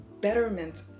betterment